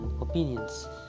opinions